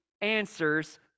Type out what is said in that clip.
answers